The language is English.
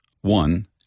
One